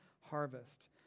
harvest